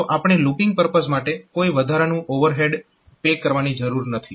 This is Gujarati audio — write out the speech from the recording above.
તો આપણે લૂપીંગ પરપઝ માટે કોઈ વધારાનું ઓવરહેડ પે કરવાની જરૂર નથી